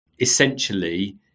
Essentially